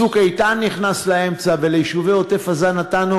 "צוק איתן" נכנס באמצע וליישובי עוטף-עזה נתנו